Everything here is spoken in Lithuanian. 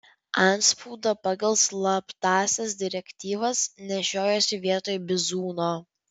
antspaudą pagal slaptąsias direktyvas nešiojosi vietoj bizūno